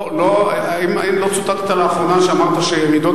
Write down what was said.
האם לא צוטטת לאחרונה כשאמרת שרעידות